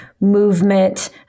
movement